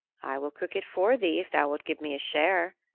i will cook it for thee, if thou wilt give me a share,